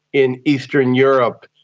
in eastern europe,